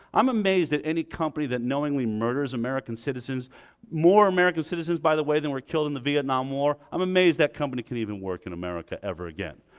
i'm amazed that any company that knowingly murders american citizens more american citizens, by the way, than were killed in the vietnam war i'm amazed that company can even work in america ever again.